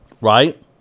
right